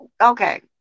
okay